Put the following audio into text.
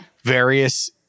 various